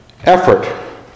effort